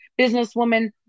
businesswoman